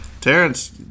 Terrence